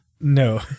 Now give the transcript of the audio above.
No